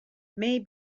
may